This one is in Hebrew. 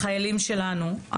החיילים שלנו,